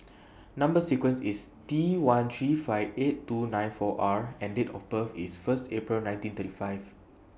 Number sequence IS T one three five eight two nine four R and Date of birth IS First April nineteen thirty five